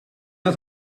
had